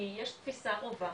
כי יש תפיסה רווחת